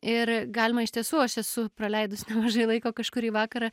ir galima iš tiesų aš esu praleidus nemažai laiko kažkurį vakarą